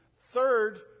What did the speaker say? Third